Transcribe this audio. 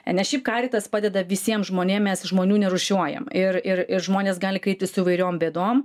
nes šiaip karitas padeda visiem žmonėm mes žmonių nerūšiuojam ir ir ir žmonės gali kreiptis įvairiom bėdom